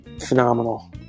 phenomenal